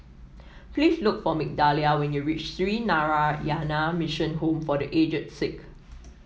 please look for Migdalia when you reach Sree Narayana Mission Home for The Aged Sick